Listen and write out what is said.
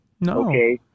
No